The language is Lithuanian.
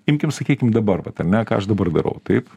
imkim sakykim dabar vat ar ne ką aš dabar darau taip